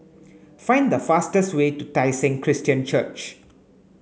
find the fastest way to Tai Seng Christian Church